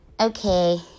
okay